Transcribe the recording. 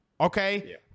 okay